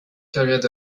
carried